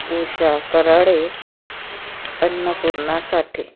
Usha Karhade Annapurna Sathe